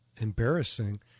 embarrassing